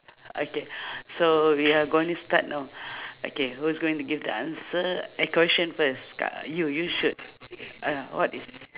okay so we are gonna start now okay who is going to give the answer eh question first kak you you should ah what is